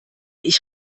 ich